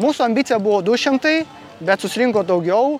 mūsų ambicija buvo du šimtai bet susirinko daugiau